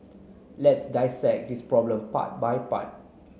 let's dissect this problem part by part